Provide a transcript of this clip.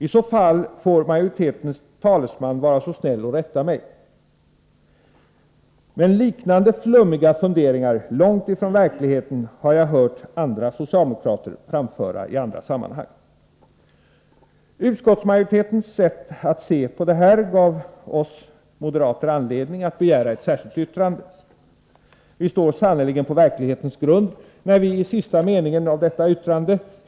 I så fall får majoritetens talesman vara snäll och rätta mig. Mendiknande flummiga funderingar, långt ifrån yerkligheten, har jag hört andra socialdemokrater framföra i andra: sammanhang. Utskottsmajoritetens sätt-att.se, på detta gav, oss: moderater anledning. att avge ett särskilt yttrande; Vi står sannerligen på verklighetens grund när yi i sista: meningen.